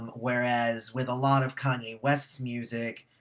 whereas with a lot of kanye west's music.